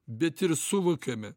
bet ir suvokiame